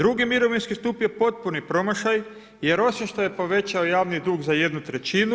II. mirovinski stup je potpuni promašaj jer osim što je povećao javni dug za 1/